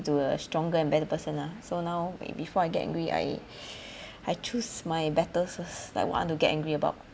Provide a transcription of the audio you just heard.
to a stronger and better person lah so now when before I get angry I I choose my battles first likr what I want to get angry about